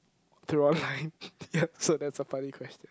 through online yeap so that's a funny question